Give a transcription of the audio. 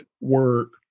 work